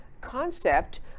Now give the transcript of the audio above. concept